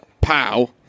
Pow